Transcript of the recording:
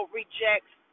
rejects